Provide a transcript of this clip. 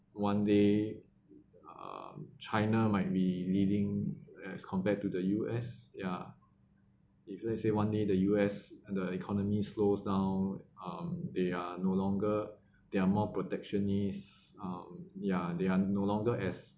one day um china might be leading as compared to the U_S ya if lets say one day the U_S and the economy slows down um they are no longer they are more protectionist um ya they are no longer as